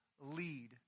lead